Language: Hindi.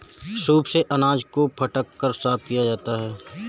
सूप से अनाज को फटक कर साफ किया जाता है